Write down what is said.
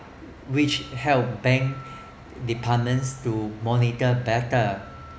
which help bank departments to monitor better